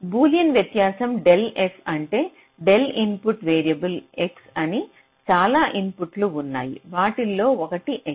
Boolean వ్యత్యాసం del f అంటే del input variables x అని చాలా ఇన్పుట్లు ఉన్నాయి వాటిలో ఒకటి X